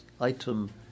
item